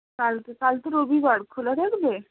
কালকে কালকে রবিবার খোলা থাকবে